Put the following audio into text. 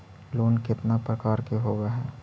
Loan केतना प्रकार के होव हइ?